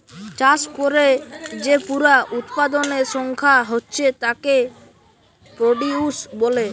চাষ কোরে যে পুরা উৎপাদনের সংখ্যা হচ্ছে তাকে প্রডিউস বলে